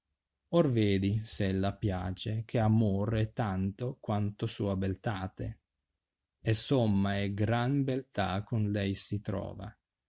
or vedi s ella piace che amore è tanto quanto sua beliate e somma e gran beltà con lei si trova